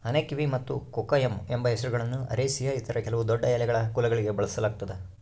ಆನೆಕಿವಿ ಮತ್ತು ಕೊಕೊಯಮ್ ಎಂಬ ಹೆಸರುಗಳನ್ನು ಅರೇಸಿಯ ಇತರ ಕೆಲವು ದೊಡ್ಡಎಲೆಗಳ ಕುಲಗಳಿಗೆ ಬಳಸಲಾಗ್ತದ